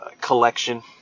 collection